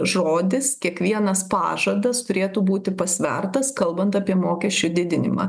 žodis kiekvienas pažadas turėtų būti pasvertas kalbant apie mokesčių didinimą